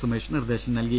സുമേഷ് നിർദേശം നൽകി